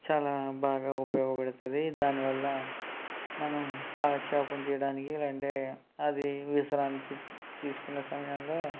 చాలా బాగా ఉపయోగపడుతుంది దాని వల్ల మనం కాలక్షేపం చేయడానికి లేదంటే అది విశ్రాంతి తీసుకొనే సమయంలో